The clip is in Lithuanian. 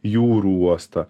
jūrų uostą